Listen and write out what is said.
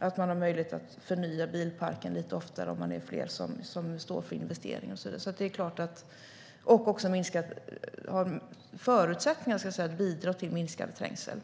Man har också möjlighet att förnya bilparken lite oftare om man är fler som står för investeringen, och så vidare. Det ger också förutsättningar att bidra till minskad trängsel.